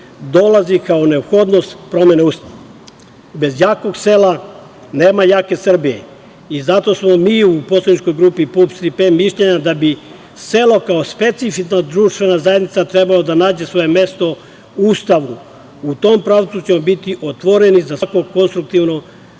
dolazi kao neophodnost promene Ustava. Bez jakog sela nema jake Srbije. Zato smo mi u poslaničkoj grupi PUPS „Tri P“ mišljenja da bi selo kao specifična društvena zajednica trebalo da nađe svoje mesto u Ustavu. U tom pravcu ćemo biti otvoreni za svako konstruktivno rešenje